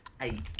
Eight